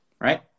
right